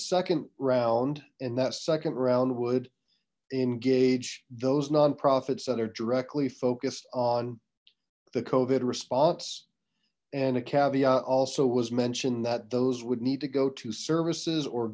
second round in that second round would engage those nonprofits that are directly focused on the cove aid response and a caveat also was mentioned that those would need to go to services or